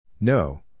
No